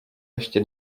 ještě